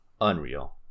unreal